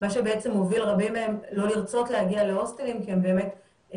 מה שבעצם מוביל רבים מהם לא לרצות להגיע להוסטלים כי הם נשואים